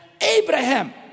Abraham